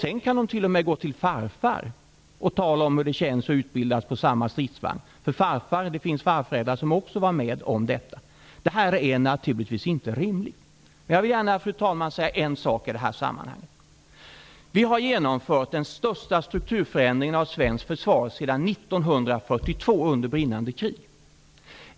De kan t.o.m. gå till farfar -- det finns också farfäder som har varit med om det. Det är naturligtvis inte rimligt. Jag vill gärna, fru talman, säga en sak i detta sammanhang. Vi har genomfört den största strukturförändringen av svenskt försvar sedan 1942 under brinnande krig.